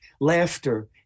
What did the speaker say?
laughter